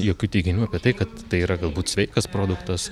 jokių teiginių apie tai kad tai yra galbūt sveikas produktas